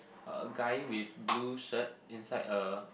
uh guy with blue shirt inside a